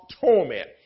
torment